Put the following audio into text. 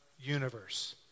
universe